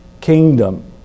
kingdom